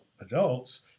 adults